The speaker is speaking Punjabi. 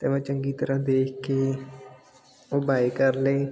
ਅਤੇ ਮੈਂ ਚੰਗੀ ਤਰ੍ਹਾਂ ਦੇਖ ਕੇ ਉਹ ਬਾਏ ਕਰ ਲਏ